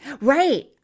Right